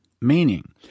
Meaning